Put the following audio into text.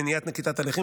מניעת נקיטת הליכים